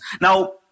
Now